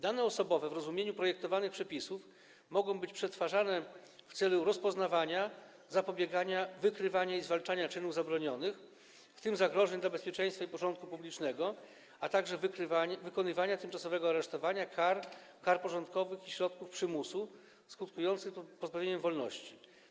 Dane osobowe w rozumieniu projektowanych przepisów mogą być przetwarzane w celu rozpoznawania, wykrywania i zwalczania czynów zabronionych oraz zapobiegania im, w tym zagrożeń dla bezpieczeństwa i porządku publicznego, a także wykonywania tymczasowego aresztowania, kar, kar porządkowych i środków przymusu skutkujących pozbawieniem wolności.